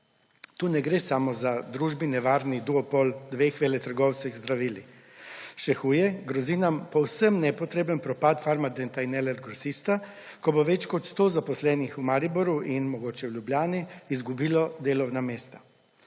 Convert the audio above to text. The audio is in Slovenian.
Tu ne gre samo za družbi nevarni duopol dveh veletrgovcev z zdravili. Še huje, grozi nam povsem nepotreben propad Farmadenta in LL Grosista, ko bo več kot sto zaposlenih v Mariboru in mogoče v Ljubljani izgubilo delovna mesta.